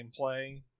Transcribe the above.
gameplay